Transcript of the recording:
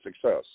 success